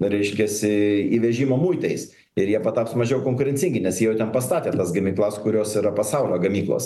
reiškiasi įvežimo muitais ir jie pataps mažiau konkurencingi nes jie jau ten pastatė tas gamyklas kurios yra pasaulio gamyklos